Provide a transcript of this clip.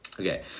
Okay